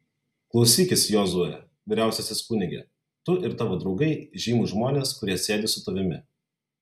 klausykis jozue vyriausiasis kunige tu ir tavo draugai žymūs žmonės kurie sėdi su tavimi